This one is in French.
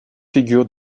figures